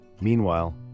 Meanwhile